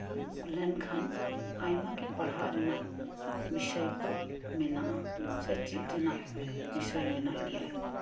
ᱞᱮᱱᱠᱷᱟᱱ ᱟᱭᱢᱟᱜᱮ ᱯᱟᱲᱦᱟᱜ ᱨᱮᱱᱟᱜ ᱵᱤᱥᱚᱭᱠᱚ ᱢᱮᱱᱟᱜᱼᱟ ᱥᱮ ᱪᱮᱫ ᱨᱮᱱᱟᱜ ᱵᱤᱥᱚᱭ ᱢᱮᱱᱟᱜ ᱜᱮᱭᱟ